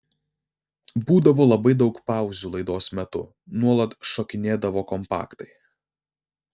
būdavo labai daug pauzių laidos metu nuolat šokinėdavo kompaktai